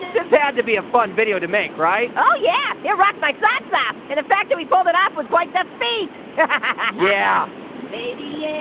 this had to be a fun video to make, right? oh, yeah, it rocked my socks off and the fact that we pulled it off was quite the feat. yeah yeah. maybe in